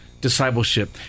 discipleship